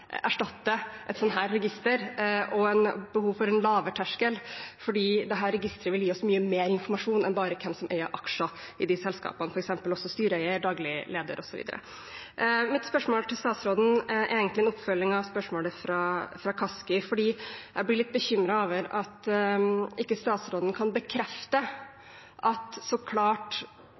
erstatte et slikt register og behovet for en lavere terskel, for dette registeret vil gi oss mye mer informasjon enn bare hvem som eier aksjer i disse selskapene, f.eks. hvem som er styreleder, daglig leder, osv. Mitt spørsmål til statsråden er egentlig en oppfølging av spørsmålet fra representanten Kaski. Jeg blir litt bekymret over at statsråden ikke kan bekrefte at et av formålene med et nytt register over reelle rettighetshavere så klart